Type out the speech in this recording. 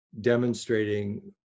demonstrating